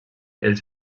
els